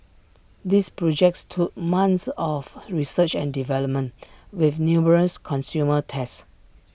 these projects took months of research and development with numerous consumer tests